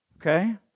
Okay